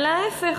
אלא להפך.